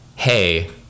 hey